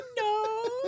no